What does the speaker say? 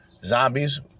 Zombies